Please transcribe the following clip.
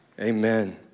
Amen